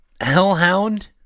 hellhound